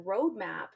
roadmap